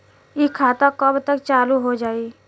इ खाता कब तक चालू हो जाई?